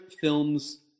films